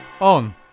on